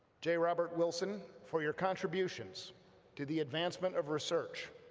j. robert wilson, for your contributions to the advancement of research,